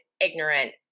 ignorant